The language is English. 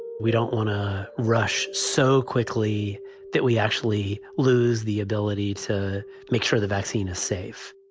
we don't want to rush so quickly that we actually lose the ability to make sure the vaccine is safe